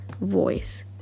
voice